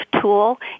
tool